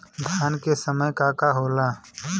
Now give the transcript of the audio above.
धान के समय का का होला?